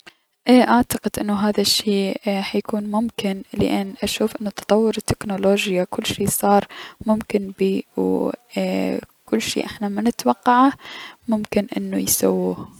اي اشوف هذا الشي حيكون ممكن لأن اشوف انو تطور التكنولوجيا كلشي صار ممكن بيه و كلشي احنا منتوقعه ممكن انو يسووه.